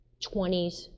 20s